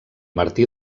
martí